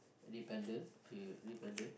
dependent feel dependent